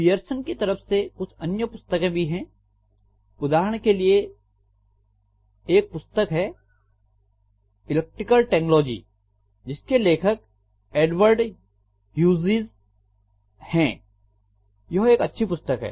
Pearson की तरफ से कुछ अन्य पुस्तकें भी उपलब्ध हैं उदाहरण के लिए एक पुस्तक है इलेक्ट्रिकल टेक्नोलॉजी जिसके लेखक एडवर्ड ह्यूजीज यह एक अच्छी पुस्तक है